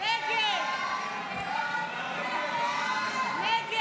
חוק תקציב נוסף לשנת